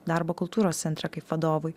darbo kultūros centre kaip vadovui